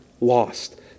lost